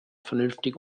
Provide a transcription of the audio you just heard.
vernünftig